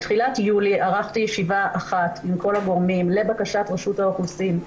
בתחילת יולי ערכתי ישיבה אחת עם כל הגורמים לבקשת רשות האוכלוסין.